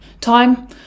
Time